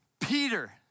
Peter